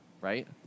right